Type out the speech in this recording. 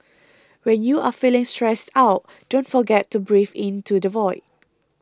when you are feeling stressed out don't forget to breathe into the void